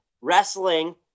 wrestling